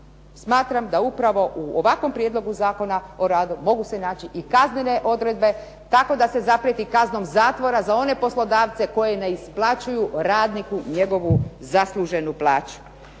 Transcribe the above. smatram da upravo u ovakvom Prijedlogu zakona o radu mogu se naći i kaznene odredbe tako da se zaprijeti kaznom zatvora za one poslodavce koji ne isplaćuju radniku njegovu zasluženu plaću.